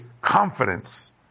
confidence